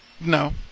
no